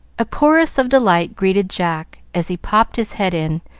a chorus of delight greeted jack as he popped his head in,